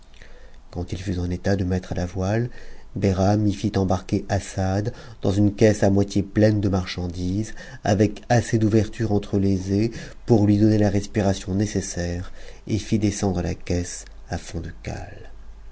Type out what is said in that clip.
quand il fut en état de mettre à la voile behram y fit embarquer assad dans une caisse à moitié pleine de marchandises avec assez d'ouverture entre les ais pour lui donner la respiration nécessaire et fit descendre la caisse à fond de cale